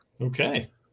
Okay